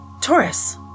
Taurus